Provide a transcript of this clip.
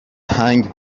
هنگ